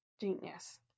genius